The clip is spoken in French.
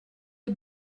les